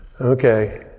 Okay